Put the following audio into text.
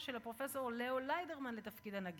של פרופסור ליאו ליידרמן לתפקיד הנגיד.